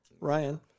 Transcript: Ryan